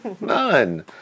None